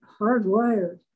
hardwired